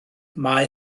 mae